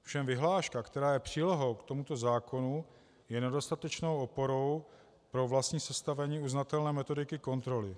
Ovšem vyhláška, která je přílohou k tomuto zákonu, je nedostatečnou oporou pro vlastní sestavení uznatelné metodiky kontroly.